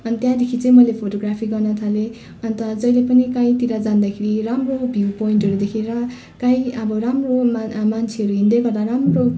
अनि त्यहाँदेखि चाहिँ मैले फोटो ग्राफी गर्न थालेँ अन्त जहिले पनि काहीँतिर जाँदाखेरि राम्रो भ्यु पोइन्टहरू देखेर काहीँ अब राम्रो मा मान्छेहेरू हिँड्दै गर्दा राम्रो